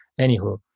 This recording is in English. Anywho